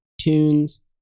tunes